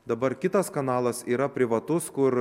dabar kitas kanalas yra privatus kur